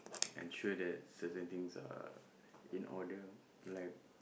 I'm sure that certain things are in order like